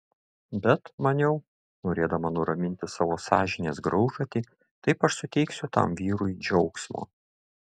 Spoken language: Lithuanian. bet maniau norėdama nuraminti savo sąžinės graužatį taip aš suteiksiu tam vyrui džiaugsmo